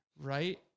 right